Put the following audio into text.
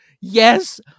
Yes